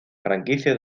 franquicia